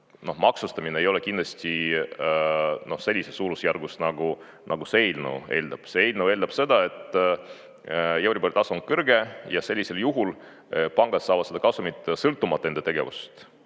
maksustamine ei ole kindlasti sellises suurusjärgus, nagu see eelnõu eeldab. See eelnõu eeldab seda, et euribori tase on kõrge ja sellisel juhul pangad saavad seda kasumit, sõltumata enda tegevust,